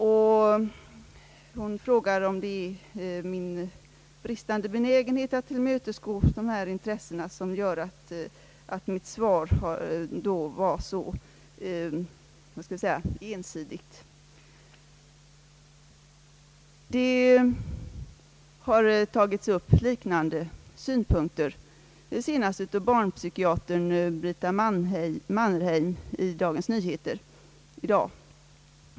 Fru Hamrin-Thorell frågade om det är min bristande benägenhet att tillmötesgå fosterhemmens intressen som gör att mitt svar verkar vara ensidigt. Liknande synpunkter har senast tagits upp av barnpsykiatern Brita Mannerheim i Dagens Nyheter i dag.